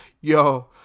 yo